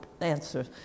answer